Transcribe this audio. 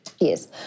Yes